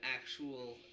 actual